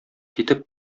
китеп